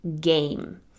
game